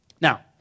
Now